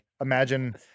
imagine